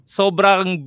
sobrang